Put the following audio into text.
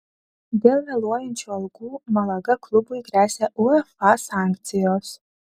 dėl vėluojančių algų malaga klubui gresia uefa sankcijos